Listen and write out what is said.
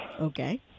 Okay